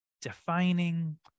defining